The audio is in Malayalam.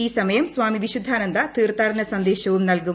ഈ സമയം സ്വാമി വിശുദ്ധാനന്ദ തീർത്ഥാടന സന്ദേശവും നൽകും